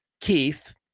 Keith